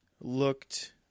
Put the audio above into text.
looked